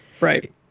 Right